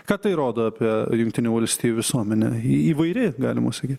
ką tai rodo apie jungtinių valstijų visuomenę ji įvairi galima sakyt